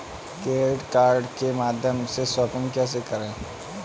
Credit card के माध्यम से शॉपिंग कैसे करें?